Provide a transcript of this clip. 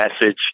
message